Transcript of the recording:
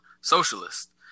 socialist